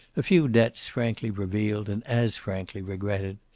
a few debts frankly revealed and as frankly regretted,